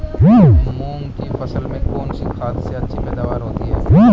मूंग की फसल में कौनसी खाद से अच्छी पैदावार मिलती है?